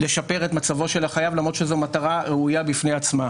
לשפר את מצבו של החייב למרות שזו מטרה ראויה בפני עצמה.